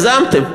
הגזמתם.